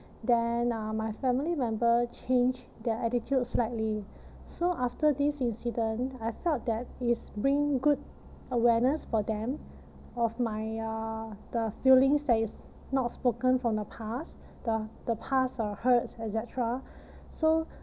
then uh my family member changed their attitude slightly so after this incident I felt that it's bring good awareness for them of my uh the feelings that is not spoken from the past the the past or hurts et cetera so